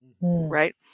Right